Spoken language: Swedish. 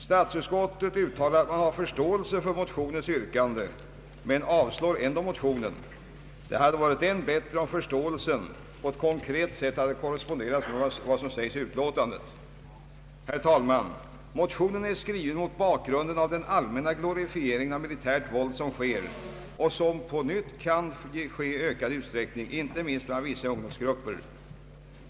Statsutskottet uttalar att man har förståelse för motionens yrkande men avslår ändå motionen. Det hade varit bättre om förståelsen på ett konkret sätt korresponderat med vad som sägs i utlåtandet. Herr talman! Motionen är skriven mot bakgrunden av den allmänna glorifiering av militärt våld som sker och på nytt kan ske i ökad utsträckning inte minst bland vissa ungdomsgrupper.